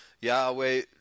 Yahweh